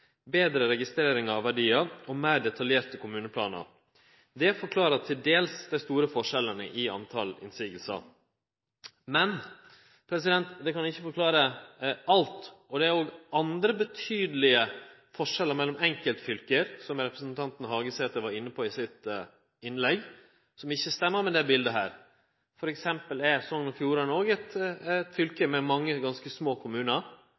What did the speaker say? betre registrering av verdiar og meir detaljerte kommuneplanar. Det forklarar delvis dei store forskjellane i talet på motsegner, men det kan ikkje forklare alt. Det er òg andre betydelege forskjellar mellom enkeltfylke, som representanten Hagesæter var inne på i sitt innlegg, som ikkje stemmer med dette bildet. For eksempel er Sogn og Fjordane òg eit fylke med mange ganske små kommunar,